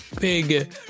big